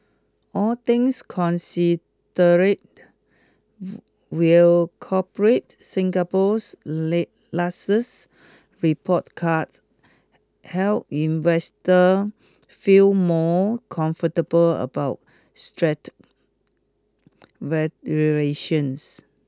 all things considered will corporate Singapore's lasts report card help investors feel more comfortable about stretched valuations